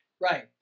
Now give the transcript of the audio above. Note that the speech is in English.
Right